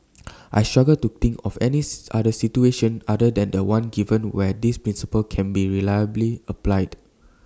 I struggle to think of any other situation other than The One given where this principle can be reliably applied